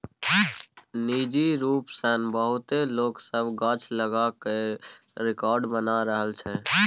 निजी रूप सँ बहुते लोक सब गाछ लगा कय रेकार्ड बना रहल छै